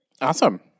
Awesome